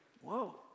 whoa